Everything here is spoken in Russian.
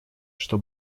что